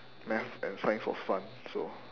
math and science was fun so